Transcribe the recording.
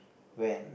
when